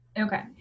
Okay